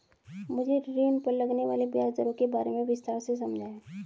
मुझे ऋण पर लगने वाली ब्याज दरों के बारे में विस्तार से समझाएं